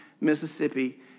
Mississippi